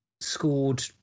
scored